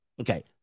Okay